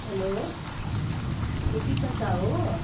hello ए विकास दादा हो